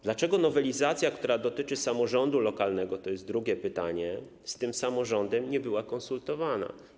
Dlaczego nowelizacja, która dotyczy samorządu lokalnego - to jest drugie pytanie - z tym samorządem nie była konsultowana?